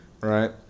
right